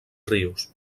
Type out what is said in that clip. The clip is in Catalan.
rius